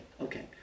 Okay